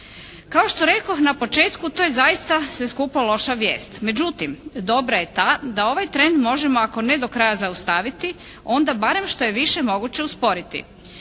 Kao što rekoh na početku, to je zaista sve skupa loša vijest. Međutim, dobra je ta da ovaj tren možemo ako ne do kraja zaustaviti onda barem što je više moguće usporiti.